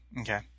Okay